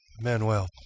Manuel